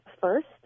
first